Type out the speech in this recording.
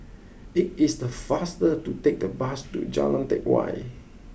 it is the faster to take the bus to Jalan Teck Whye